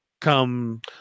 Come